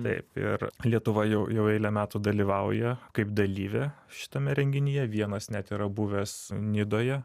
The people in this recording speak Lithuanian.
taip ir lietuva jau jau eilę metų dalyvauja kaip dalyvė šitame renginyje vienas net yra buvęs nidoje